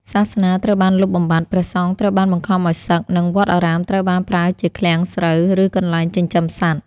សាសនាត្រូវបានលុបបំបាត់ ព្រះសង្ឃត្រូវបានបង្ខំឱ្យសឹក និងវត្តអារាមត្រូវបានប្រើជាឃ្លាំងស្រូវ ឬកន្លែងចិញ្ចឹមសត្វ។